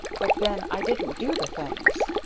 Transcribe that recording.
but then i didn't do the things.